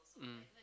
mm